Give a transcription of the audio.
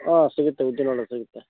ಆಂ ಸಿಗುತ್ತೆ ಉದ್ದಿನ ವಡೆ ಸಿಗುತ್ತೆ